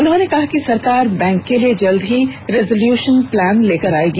उन्होंने कहा कि सरकार बैंक के लिए जल्द ही रिजोल्युशन प्लान लेकर आएगी